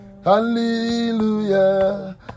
Hallelujah